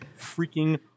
freaking